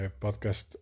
podcast